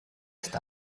ist